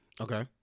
Okay